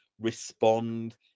respond